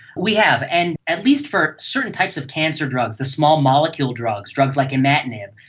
we have, and at least for certain types of cancer drugs, the small molecule drugs, drugs like imatinib,